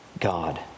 God